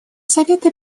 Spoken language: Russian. совета